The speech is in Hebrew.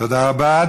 תודה רבה.